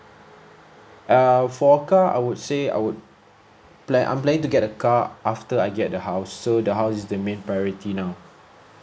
err for car I would say I would plan I'm planning to get a car after I get the house so the house is the main priority now